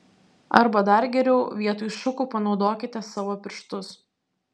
arba dar geriau vietoj šukų panaudokite savo pirštus